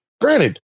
granted